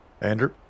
Andrew